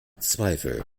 zweifel